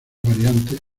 variantes